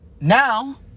Now